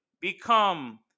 become